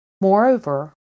Moreover